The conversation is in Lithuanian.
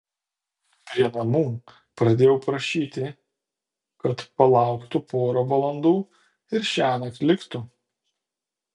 prie namų pradėjau prašyti kad palauktų porą valandų ir šiąnakt liktų